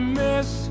miss